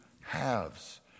halves